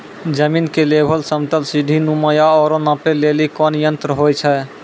जमीन के लेवल समतल सीढी नुमा या औरो नापै लेली कोन यंत्र होय छै?